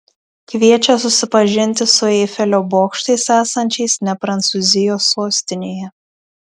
kviečia susipažinti su eifelio bokštais esančiais ne prancūzijos sostinėje